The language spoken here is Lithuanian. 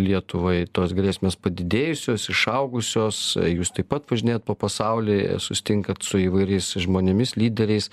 lietuvai tos grėsmės padidėjusios išaugusios jūs taip pat važinėjat po pasaulį susitinkat su įvairiais žmonėmis lyderiais